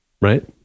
right